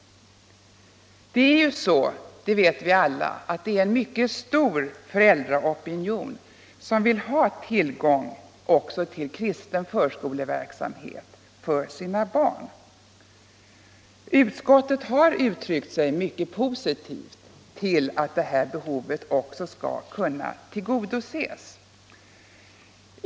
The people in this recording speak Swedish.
Vi vet ju alla att det är en mycket stor föräldraopinion som vill ha tillgång också till kristen förskoleverksamhet för sina barn. Utskottet har uttryckt sig mycket positivt till att detta behov även skall kunna tillgodoses.